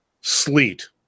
sleet